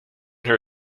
her